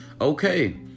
okay